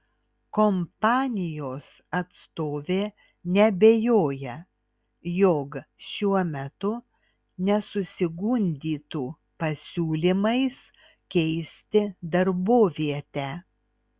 kompanijos atstovė neabejoja jog šiuo metu nesusigundytų pasiūlymais keisti darbovietę